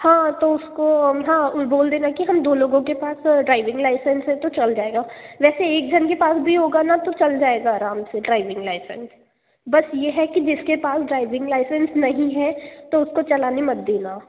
हाँ तो उसको हाँ बोल देना कि हम दो लोगों के पास ड्राइविंग लाइसेंस है तो चल जाएगा वैसे एक जन के पास भी होगा ना तो चल जाएगा आराम से ड्राइविंग लाइसेंस बस ये है कि जिसके पास ड्राइविंग लाइसेंस नहीं है तो उसको चलाने मत देना